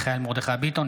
מיכאל מרדכי ביטון,